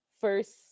first